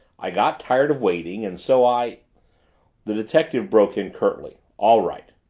i got tired of waiting and so i the detective broke in curtly. all right.